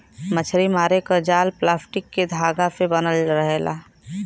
मछरी मारे क जाल प्लास्टिक के धागा से बनल रहेला